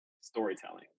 storytelling